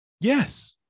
Yes